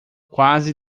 quase